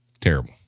terrible